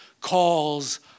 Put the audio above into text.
calls